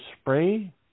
spray